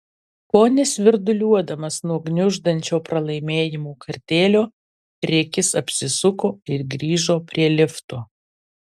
kone svirduliuodamas nuo gniuždančio pralaimėjimo kartėlio rikis apsisuko ir grįžo prie lifto